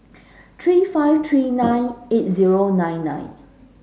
three five three nine eight zero nine nine